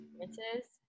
experiences